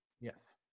Yes